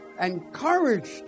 encouraged